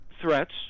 threats